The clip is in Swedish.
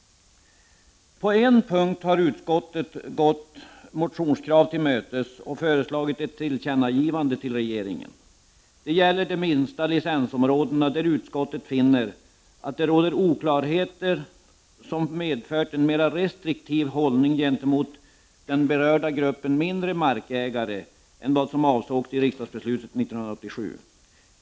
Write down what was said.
På en punkt har utskottet gått ett motionskrav till mötes och föreslagit ett tillkännagivande till regeringen. Det gäller de minsta licensområdena, där utskottet finner att det råder oklarheter, som medför en mera restriktiv hållning gentemot den berörda gruppen mindre markägare än vad som avsågs i riksdagsbeslutet 1987.